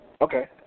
Okay